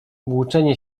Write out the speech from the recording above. włóczenie